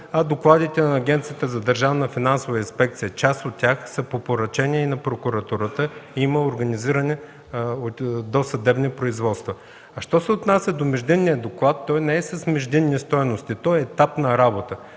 а докладите на Агенцията за държавна финансова инспекция – част от тях, са по поръчение и на прокуратурата. Има образувани досъдебни производства. Що се отнася до междинния доклад, той не е с междинни стойности, той е етап на работа.